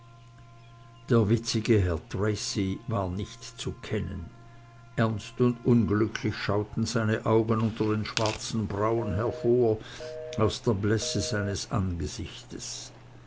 der witzige herr wilhelm war nicht zu kennen ernst und unglücklich schauten seine augen unter den schwarzen brauen hervor aus der blässe seines angesichtes